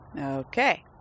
Okay